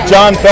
John